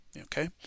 okay